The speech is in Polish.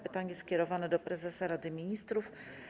Pytanie skierowane jest do prezesa Rady Ministrów.